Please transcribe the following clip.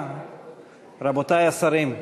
רבותי השרים,